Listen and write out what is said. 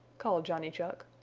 called johnny chuck.